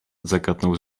zagadnął